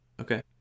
okay